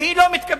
והיא לא מתקבלת.